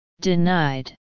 denied